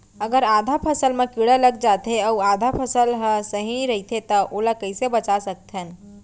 अगर आधा फसल म कीड़ा लग जाथे अऊ आधा फसल ह सही रइथे त ओला कइसे बचा सकथन?